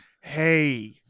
hey